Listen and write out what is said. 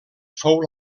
fou